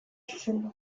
zuzendu